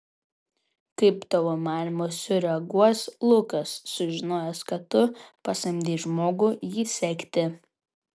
kaip tavo manymu sureaguos lukas sužinojęs kad tu pasamdei žmogų jį sekti